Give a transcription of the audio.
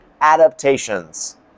adaptations